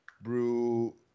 brew